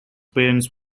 parents